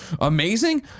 amazing